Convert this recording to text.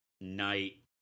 night